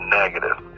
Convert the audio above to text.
negative